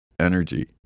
energy